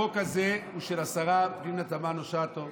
החוק הזה הוא של השרה פנינה תמנו שטה,